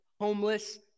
homeless